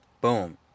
boom